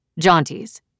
Jaunties